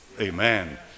Amen